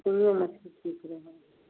सिङ्गहिओ मछरी ठीक रहै हइ